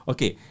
Okay